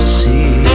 see